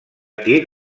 tir